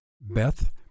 Beth